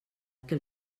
que